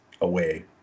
away